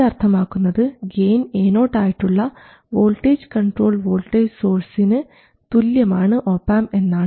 ഇത് അർത്ഥമാക്കുന്നത് gain Ao ആയിട്ടുള്ള വോൾട്ടേജ് കൺട്രോൾഡ് വോൾട്ടേജ് സോഴ്സിനു തുല്യമാണ് ഒപാംപ് എന്നാണ്